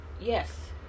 Yes